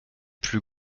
plus